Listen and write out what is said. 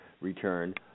return